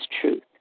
truth